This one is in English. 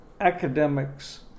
academics